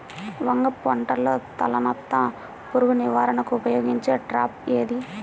వంగ పంటలో తలనత్త పురుగు నివారణకు ఉపయోగించే ట్రాప్ ఏది?